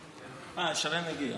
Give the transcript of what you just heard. אה, שרן הגיעה.